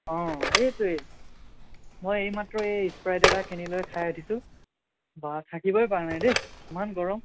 অঁ এইটোৱেই মই এইমাত্ৰ এই ইচপ্ৰাইট এটা কিনি লৈ খাই উঠিছোঁ বা থাকিবই পৰা নাই দেই ইমান গৰম